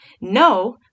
No